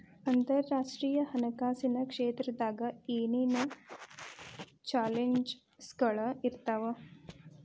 ಅಂತರರಾಷ್ಟ್ರೇಯ ಹಣಕಾಸಿನ್ ಕ್ಷೇತ್ರದಾಗ ಏನೇನ್ ಚಾಲೆಂಜಸ್ಗಳ ಇರ್ತಾವ